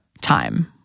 time